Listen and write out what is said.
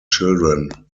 children